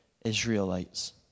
Israelites